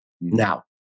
Now